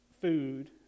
food